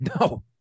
No